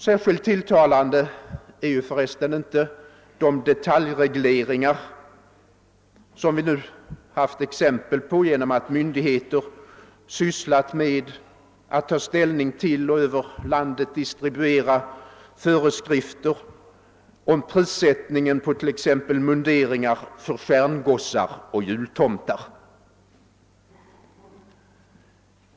Särskilt tilltalande är för resten inte de detaljregleringar som vi nu fått exempel på genom att myndigheterna sysslar med att ta ställning till och över landet distribuera föreskrifter om prissättningen på t.ex. munderingar för stjärngossar och jultomtar.